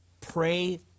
pray